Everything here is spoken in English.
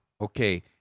Okay